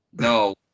no